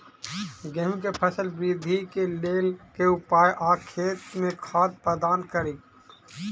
गेंहूँ केँ फसल वृद्धि केँ लेल केँ उपाय आ खेत मे खाद प्रदान कड़ी?